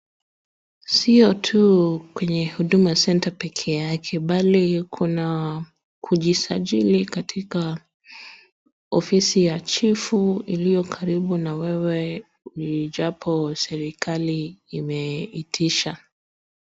Sio tu kwenye Huduma Center peke yake bali kuna kujisajili katika ofisi ya chifu iliyo karibu na wewe ijapo serikali imeitisha.